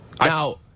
Now